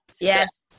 yes